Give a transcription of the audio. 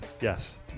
Yes